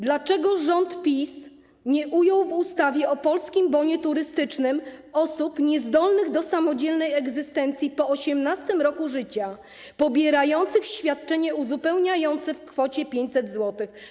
Dlaczego rząd PiS nie ujął w ustawie o Polskim Bonie Turystycznym osób niezdolnych do samodzielnej egzystencji po 18. roku życia, pobierających świadczenie uzupełniające w kwocie 500 zł?